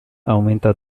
aumenta